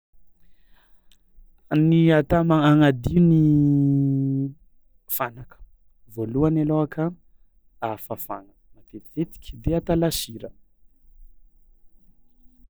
Ny ata ma- agnadio ny fanaka: voalohany alôhaka a fafagna matetitetiky de atao lasira.